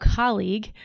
colleague